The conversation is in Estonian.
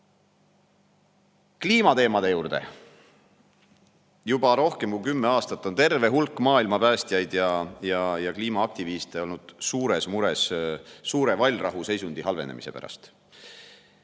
Kliimateemade juurde. Juba rohkem kui kümme aastat on terve hulk maailmapäästjaid ja kliimaaktiviste olnud suures mures Suure Vallrahu seisundi halvenemise pärast.